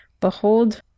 Behold